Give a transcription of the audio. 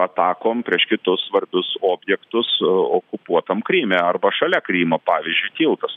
atakom prieš kitus svarbius objektus okupuotam kryme arba šalia krymo pavyzdžiui tiltas